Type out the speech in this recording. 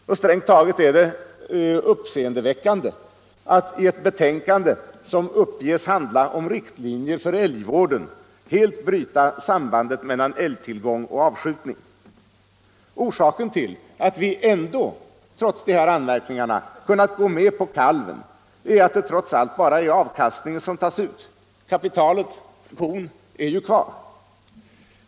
Det är strängt taget uppseendeväckande att i ett betänkande som uppges handla om riktlinjer för älgvården helt bryta sambandet mellan älgtillgång och avskjutning. Orsaken till att vi trots dessa anmärkningar har kunnat gå med på kalven är att det trots allt bara är avkastningen som tas ut; kapitalet — kon — är ju kvar.